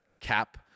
cap